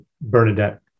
Bernadette